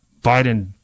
biden